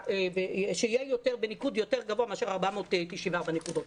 שיהיה ניקוד יותר גבוה מאשר 494 נקודות,